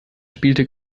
spielte